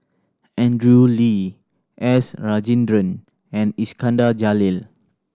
Andrew Lee S Rajendran and Iskandar Jalil